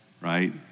right